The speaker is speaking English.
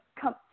come